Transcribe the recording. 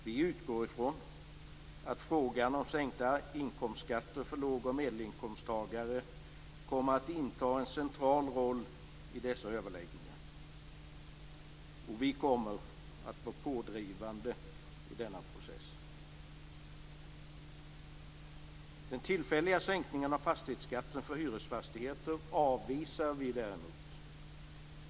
Vi utgår ifrån att frågan om sänkta inkomstskatter för låg och medelinkomsttagare kommer att inta en central roll i dessa överläggningar, och vi kommer att vara pådrivande i denna process. Den tillfälliga sänkningen av fastighetsskatten för hyresfastigheter avvisar vi däremot.